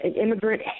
Immigrant